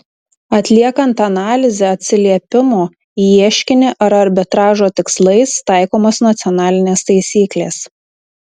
atliekant analizę atsiliepimo į ieškinį ar arbitražo tikslais taikomos nacionalinės taisyklės